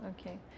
Okay